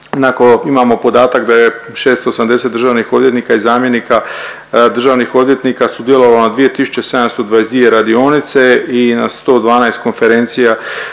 imamo podatak da je 680 državnih odvjetnika i zamjenika državnih odvjetnika sudjelovalo na 2 tisuće 722 radionice i na 112 konferencija,